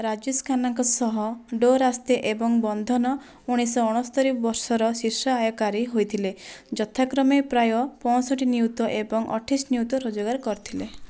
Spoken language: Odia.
ରାଜେଶ ଖାନ୍ନାଙ୍କ ସହ ଦୋ ରାସ୍ତେ ଏବଂ ବନ୍ଧନ ଉଣେଇଶହ ଅଣସ୍ତରି ବର୍ଷର ଶୀର୍ଷ ଆୟକାରୀ ହୋଇଥିଲେ ଯଥାକ୍ରମେ ପ୍ରାୟ ପଞ୍ଚଷଠି ନିୟୁତ ଏବଂ ଅଠାଇଶ ନିୟୁତ ରୋଜଗାର କରିଥିଲେ